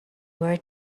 were